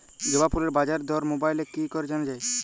জবা ফুলের বাজার দর মোবাইলে কি করে জানা যায়?